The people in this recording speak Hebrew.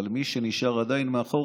אבל מי שנשאר עדיין מאחור,